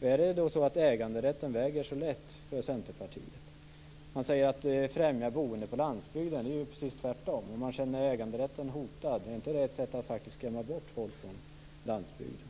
Är det så att äganderätten väger så lätt för Centerpartiet? Eskil Erlandsson talar om att främja boendet på landsbygden men det är ju precis tvärtom. Om man upplever äganderätten hotad, är detta då inte ett sätt att faktiskt skrämma bort folk från landsbygden?